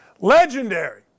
legendary